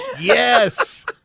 Yes